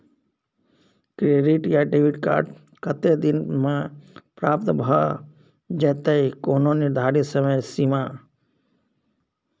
Credit या debit card कत्ते दिन म प्राप्त भ जेतै, कोनो निर्धारित समय सीमा?